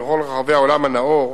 בכל רחבי העולם הנאור,